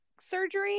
surgery